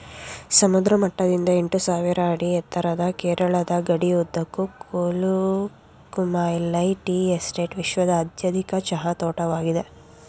ಸಮುದ್ರ ಮಟ್ಟದಿಂದ ಎಂಟುಸಾವಿರ ಅಡಿ ಎತ್ತರದ ಕೇರಳದ ಗಡಿಯುದ್ದಕ್ಕೂ ಕೊಲುಕುಮಾಲೈ ಟೀ ಎಸ್ಟೇಟ್ ವಿಶ್ವದ ಅತ್ಯಧಿಕ ಚಹಾ ತೋಟವಾಗಿದೆ